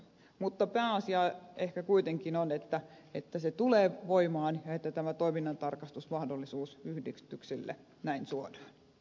mutta pääasia ehkä kuitenkin on että se tulee voimaan ja että tämä toiminnantarkastusmahdollisuus yhdistyksille näin suodaan